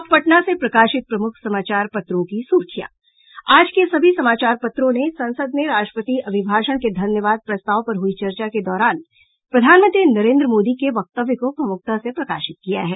अब पटना से प्रकाशित प्रमुख समाचार पत्रों की सुर्खियां आज के सभी समाचार पत्रों ने संसद में राष्ट्रपति अभिभाषण के धन्यवाद प्रस्ताव पर हुई चर्चा के दौरान प्रधानमंत्री नरेन्द्र मोदी के वक्तव्य को प्रमूखता से प्रकाशित किया है